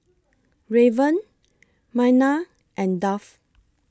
Raven Myrna and Duff